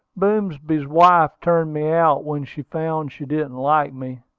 boomsby's wife turned me out when she found she didn't like me,